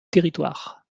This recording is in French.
territoires